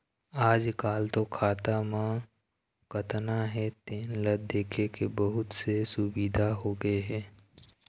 आजकाल तो खाता म कतना हे तेन ल देखे के बहुत से सुबिधा होगे हे